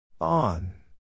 On